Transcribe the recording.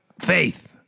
faith